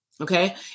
Okay